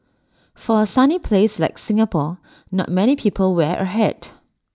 for A sunny place like Singapore not many people wear A hat